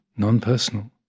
non-personal